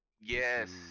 Yes